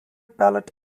pellet